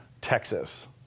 Texas